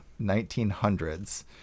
1900s